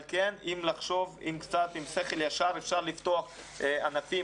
אבל עם קצת שכל ישר אפשר לפתוח ענפים.